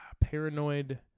paranoid –